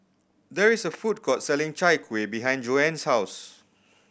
there is a food court selling Chai Kuih behind Joan's house